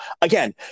again